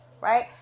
Right